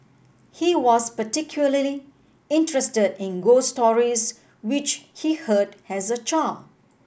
he was particularly interested in ghost stories which he heard as a child